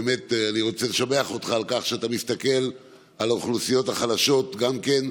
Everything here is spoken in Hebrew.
אני באמת רוצה לשבח אותך על כך שאתה מסתכל על האוכלוסיות החלשות גם כן.